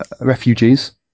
refugees